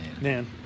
man